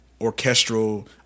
orchestral